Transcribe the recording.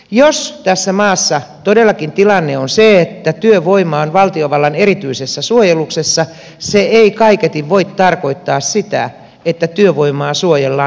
jos tässä maassa todellakin tilanne on se että työvoima on valtiovallan erityisessä suojeluksessa se ei kaiketi voi tarkoittaa sitä että työvoimaa suojellaan työltä